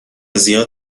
زیاد